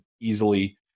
easily